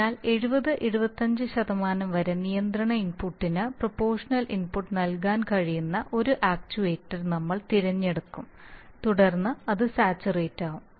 അതിനാൽ 70 75 വരെ നിയന്ത്രണ ഇൻപുട്ടിന് പ്രൊപോഷണൽ ഇൻപുട്ട് നൽകാൻ കഴിയുന്ന ഒരു ആക്ച്യുവേറ്റർ നമ്മൾ തിരഞ്ഞെടുക്കും തുടർന്ന് അത് സാച്ചുറേറ്റ് ആവും